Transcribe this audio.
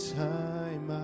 time